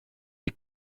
est